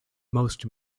most